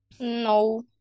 No